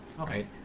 Okay